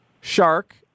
Shark